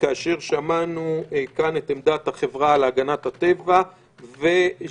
כאשר שמענו כאן את עמדת החברה להגנת הטבע ושמענו